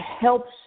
helps